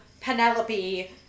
Penelope